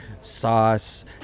sauce